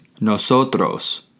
nosotros